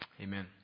Amen